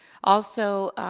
also,